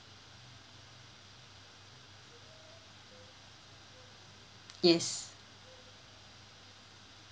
yes